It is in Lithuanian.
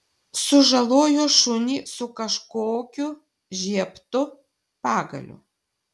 sužalojo šunį su kažkokiu žiebtu pagaliu